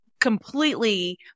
completely